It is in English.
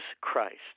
Christ